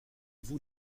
vous